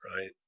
right